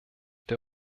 der